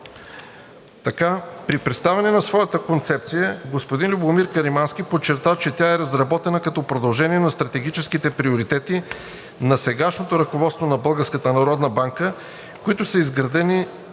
При представянето на своята концепция господин Любомир Каримански подчерта, че тя е разработена като продължение на стратегическите приоритети на сегашното ръководство на Българската народна банка,